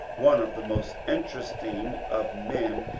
one of the most interesting of men,